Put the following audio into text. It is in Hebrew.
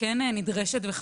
כן נדרשת וחשובה.